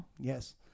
yes